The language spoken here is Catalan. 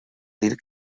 dir